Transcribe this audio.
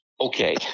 Okay